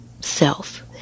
self